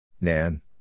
Nan